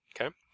Okay